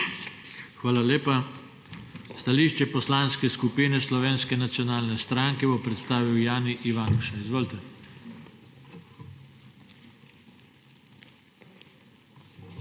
Hvala lepa. Stališče Poslanske skupine Slovenske nacionalne stranke bo predstavil Jani Ivanuša. Izvolite.